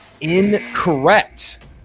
incorrect